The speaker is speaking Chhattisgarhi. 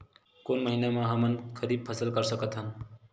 कोन महिना म हमन ह खरीफ फसल कर सकत हन?